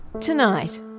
Tonight